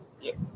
Yes